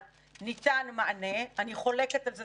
ניתן מענה אני חולקת על זה,